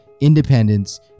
independence